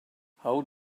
how